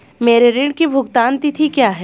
मेरे ऋण की भुगतान तिथि क्या है?